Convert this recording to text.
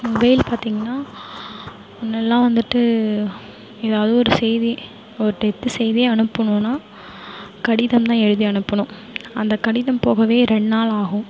mobile பார்த்தீங்னா முன்னெல்லாம் வந்துவிட்டு எதாவது ஒரு செய்தி இப்போ ஒரு டெத்து செய்தியே அனுப்பனுனா கடிதம் தான் எழுதி அனுப்பனும் அந்த கனிதம் போகவே ரெண் நாள் ஆகும்